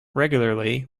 regularly